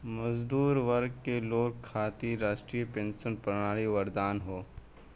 मजदूर वर्ग के लोग खातिर राष्ट्रीय पेंशन प्रणाली वरदान हौ